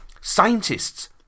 Scientists